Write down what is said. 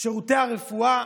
שירותי הרפואה.